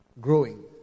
growing